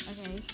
Okay